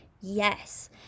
yes